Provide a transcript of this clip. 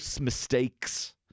mistakes